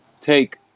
take